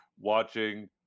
watching